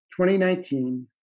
2019